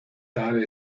tal